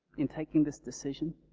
in taking this decision,